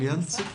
בבקשה.